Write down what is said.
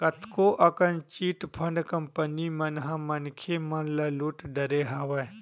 कतको अकन chit fund company मन ह मनखे मन ल लुट डरे हवय